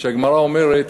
והגמרא אומרת: